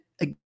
again